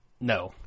No